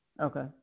Okay